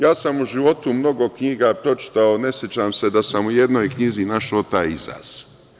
Ja sam u životu mnogo knjiga pročitao, a ne sećam se da sam i u jednoj knjizi našao taj izraz.